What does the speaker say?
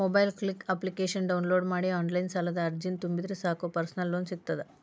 MobiKwik application download ಮಾಡಿ online ಸಾಲದ ಅರ್ಜಿನ ತುಂಬಿದ್ರ ಸಾಕ್ ಪರ್ಸನಲ್ ಲೋನ್ ಸಿಗತ್ತ